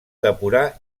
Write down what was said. depurar